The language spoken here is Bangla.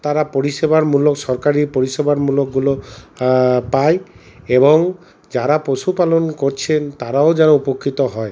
তারা পরিষেবার মূলক সরকারি পরিষেবার মূলকগুলো পায় এবং যারা পশুপালন করছেন তারাও যেন উপকৃত হয়